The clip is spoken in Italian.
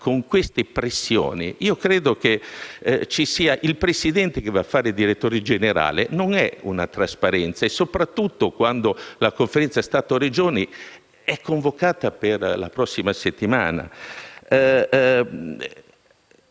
con le pressioni menzionate il presidente che va a fare il direttore generale non assicurare trasparenza, soprattutto quando la Conferenza Stato-Regioni è convocata per la prossima settimana.